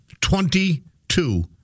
Twenty-two